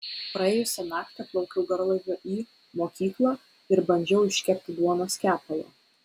praėjusią naktį plaukiau garlaiviu į mokyklą ir bandžiau iškepti duonos kepalą